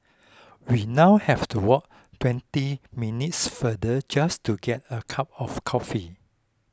we now have to walk twenty minutes further just to get a cup of coffee